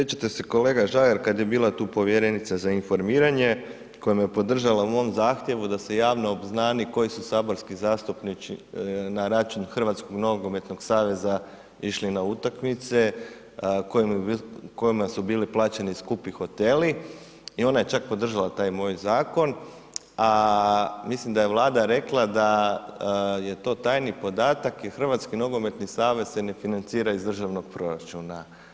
Sjećate se kolega Žagar kad je bila tu povjerenica za informiranje koja me podržala u mom zahtjevu da se javno obznani koji su saborski zastupnici na račun Hrvatskog nogometnog saveza išli na utakmice, kojima su bili plaćeni skupi hoteli i ona je čak podržala taj moj zakon, a mislim da je Vlada rekla da je to tajni podatak jer HNS se ne financira iz državnog proračuna.